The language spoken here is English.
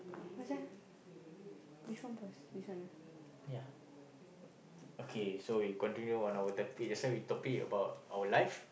ya okay so we continue on our topic just now we talking about our life